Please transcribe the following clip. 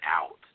out